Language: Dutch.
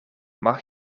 mag